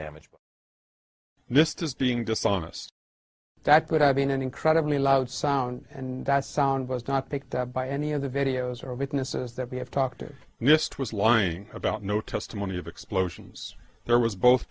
damaged this does being dishonest that could have been an incredibly loud sound and that sound was not picked up by any of the videos or witnesses that we have talked to nist was lying about no testimony of explosions there was both